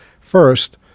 first